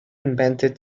invented